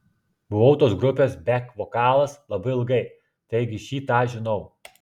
buvau tos grupės bek vokalas labai ilgai taigi šį tą žinau